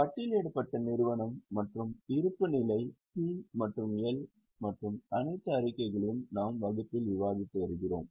பட்டியலிடப்பட்ட நிறுவனம் மற்றும் இருப்புநிலை P மற்றும் L மற்றும் அனைத்து அறிக்கைகளையும் நாம் வகுப்பில் விவாதித்து வருகிறோம்